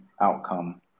outcome